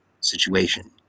situation